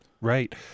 Right